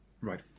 Right